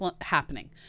happening